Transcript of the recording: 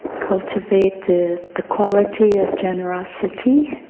cultivate the the quality of generosity